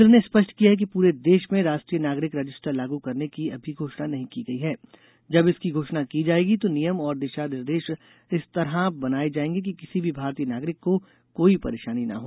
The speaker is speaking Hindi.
केन्द्र ने स्पष्ट किया है कि पूरे देश में राष्ट्रीय नागरिक रजिस्टर लागू करने की अभी घोषणा नहीं की गई है जब इसकी घोषणा की जाएगी तो नियम और दिशा निर्देश इस तरह बनाए जाएंगे कि किसी भी भारतीय नागरिक को कोई परेशानी न हो